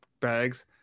bags